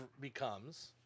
becomes